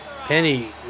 Penny